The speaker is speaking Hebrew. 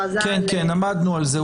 כן, כן, עמדנו על זה.